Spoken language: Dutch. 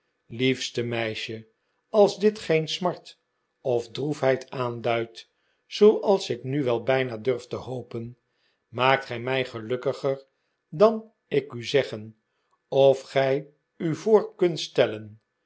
liefste meisje als dit geen smart of droefheid aanduidt zooals ik nu wel bijna durf te hopen maakt gij mij gelukkiger dan ik u kan zeggen of gij u voor kunt stellen